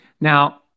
Now